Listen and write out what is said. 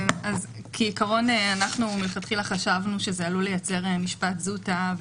כעיקרון אנחנו מלכתחילה חשבנו שזה עלול לייצר משפט זוטא,